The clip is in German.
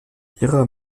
ihrer